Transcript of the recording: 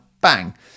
bang